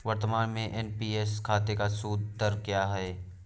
वर्तमान में एन.पी.एस खाते का सूद दर क्या है?